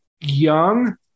young